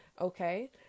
Okay